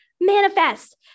manifest